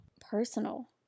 personal